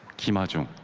kim youjung.